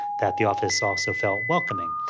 that the office also felt welcoming.